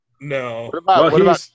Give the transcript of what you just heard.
No